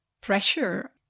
pressure